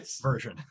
version